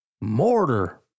Mortar